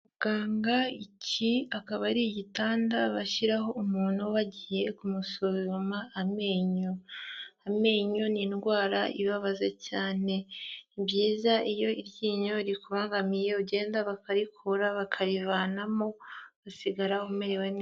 Kwa muganga iki akaba ari igitanda bashyiraho umuntu bagiye kumusuzuma amenyo, amenyo ni indwara ibabaza cyane, ni byiza iyo iryinyo rikubangamiye, ugenda bakarikura, bakarivanamo, ugasigara umerewe neza.